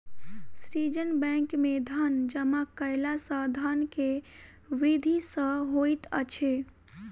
सृजन बैंक में धन जमा कयला सॅ धन के वृद्धि सॅ होइत अछि